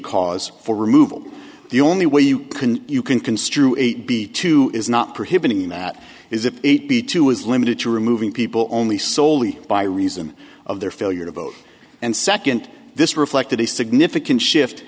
cause for removal the only way you can you can construe it be to is not prohibiting that is if it be too was limited to removing people only soley by reason of their failure to vote and second this reflected a significant shift